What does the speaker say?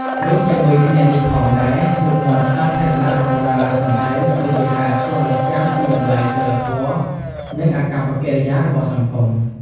រួមជាមួយគ្នានេះផងដែរ មុខមាត់សាធារណៈរបស់តារាសម្ដែងគឺជាការឆ្លុះបញ្ចាំងពីតម្លៃសីលធម៌ និងអាកប្បកិរិយារបស់សង្គម។